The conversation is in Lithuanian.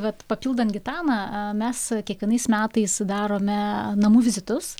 vat papildant gitaną a mes kiekvienais metais sudarome namų vizitus